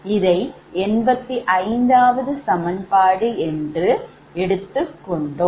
இதை 85 சமன்பாடு என்று எடுத்துக் கொண்டோம்